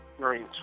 Marines